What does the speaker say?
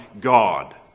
God